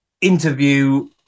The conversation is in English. interview